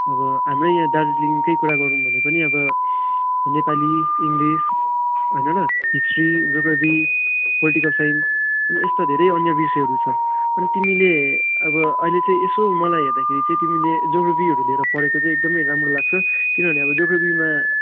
अब हाम्रै यहाँ दार्जिलिङकै कुरा गरौँ भने पनि अब नेपाली इङ्ग्लिस होइन र हिस्ट्री जियोग्राफी पोलिटिकल साइन्स अनि यस्ता अन्य धेरै विषयहरू छ तर तिमीले अब अहिले चाहिँ यसो मलाई हेर्दाखेरि चाहिँ तिमीले जियोग्राफीहरू लिएर पढेको चाहिँ एकदमै राम्रो लाग्छ किनभने अब जियोग्राफीमा